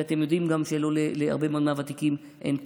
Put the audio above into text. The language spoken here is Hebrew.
ואתם גם יודעים שלהרבה מאוד מהוותיקים אין פנסיה.